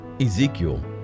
Ezekiel